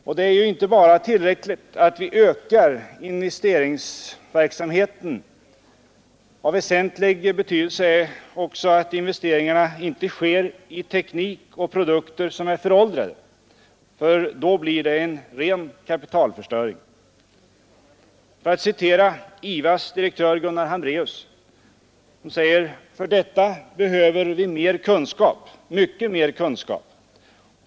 Och det är ju inte bara tillräckligt att vi ökar investeringsverksamheten. Av väsentlig betydelse är också att investeringarna inte sker i teknik och produkter som är föråldrade för då blir det en ren kapitalförstöring. För att citera IVAs direktör Gunnar Hambreus: ”För detta behöver vi mer kunskap, mycket mer kunskap.